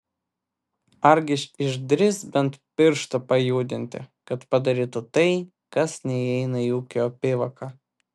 argi išdrįs bent pirštą pajudinti kad padarytų tai kas neįeina į ūkio apyvoką